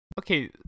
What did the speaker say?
Okay